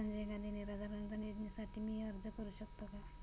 संजय गांधी निराधार अनुदान योजनेसाठी मी अर्ज करू शकते का?